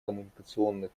коммуникационных